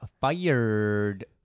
fired